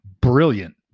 brilliant